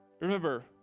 remember